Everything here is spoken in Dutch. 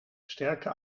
sterke